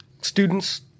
students